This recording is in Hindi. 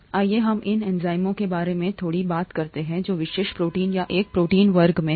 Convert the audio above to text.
आइए हम इन एंजाइमों के बारे में थोड़ी बात करते हैं जो विशेष प्रोटीन या एक प्रोटीन वर्ग हैं